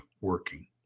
working